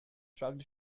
shrugged